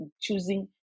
choosing